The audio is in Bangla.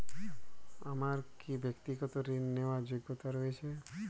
আমার কী ব্যাক্তিগত ঋণ নেওয়ার যোগ্যতা রয়েছে?